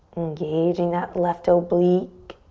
engaging that left oblique.